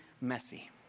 messy